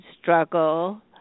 struggle